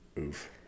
Oof